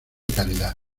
caridad